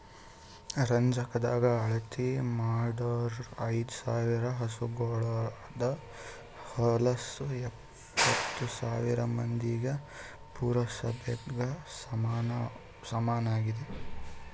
ರಂಜಕದಾಗ್ ಅಳತಿ ಮಾಡೂರ್ ಐದ ಸಾವಿರ್ ಹಸುಗೋಳದು ಹೊಲಸು ಎಪ್ಪತ್ತು ಸಾವಿರ್ ಮಂದಿಯ ಪುರಸಭೆಗ ಸಮನಾಗಿದೆ